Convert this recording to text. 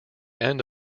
end